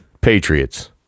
Patriots